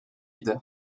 idi